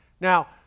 Now